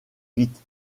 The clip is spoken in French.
vite